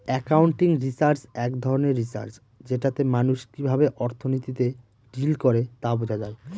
accounting research এক ধরনের research যেটাতে মানুষ কিভাবে অর্থনীতিতে ডিল করে তা বোঝা যায়